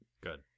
Good